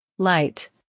Light